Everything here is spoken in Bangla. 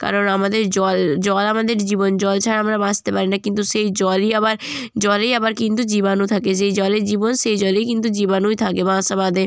কারণ আমাদের জল জল আমাদের জীবন জল ছাড়া আমরা বাঁচতে পারি না কিন্তু সেই জলই আবার জলেই আবার কিন্তু জীবাণু থাকে যেই জলে জীবন সেই জলেই কিন্তু জীবাণুই থাকে বাসা বাঁধে